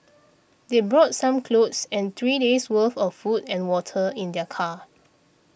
they brought some clothes and three days' worth of food and water in their car